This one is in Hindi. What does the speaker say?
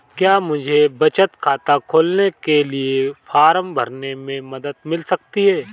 क्या मुझे बचत खाता खोलने के लिए फॉर्म भरने में मदद मिल सकती है?